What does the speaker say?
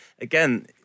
Again